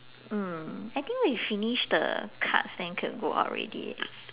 mm I think we finish the cards then can go out already